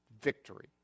victory